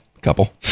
Couple